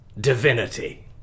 Divinity